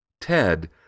Ted